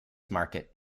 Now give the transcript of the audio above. market